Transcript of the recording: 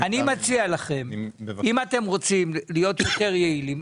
אני מציע לכם, אם אתם רוצים להיות יותר יעילים,